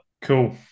Cool